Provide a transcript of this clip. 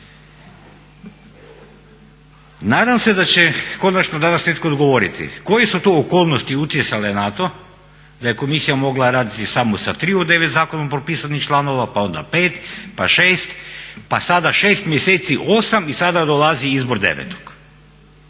Nadam se da će konačno danas netko odgovoriti koje su to okolnosti utjecale na to da je komisija mogla raditi samo sa 3 od 9 zakonom propisanih članova pa onda 5 pa 6 pa sada 6 mjeseci 8 i sada dolazi izbor 9.